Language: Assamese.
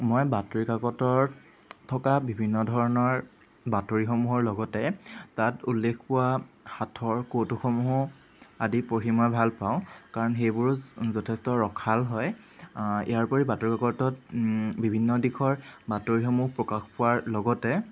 মই বাতৰিকাকতৰ থকা বিভিন্ন ধৰণৰ বাতৰিসমূহৰ লগতে তাত উল্লেখ হোৱা সাঁথৰ কৌতুকসমূহো আদি পঢ়ি মই ভাল পাওঁ কাৰণ সেইবোৰো যথেষ্ট ৰসাল হয় ইয়াৰ উপৰিও বাতৰিকাকতত বিভিন্ন দিশত বাতৰিসমূহ প্ৰকাশ পোৱাৰ লগতে